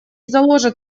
заложит